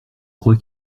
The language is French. crois